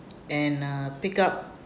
and uh pick up